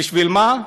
בשביל מה?